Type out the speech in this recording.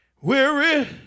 weary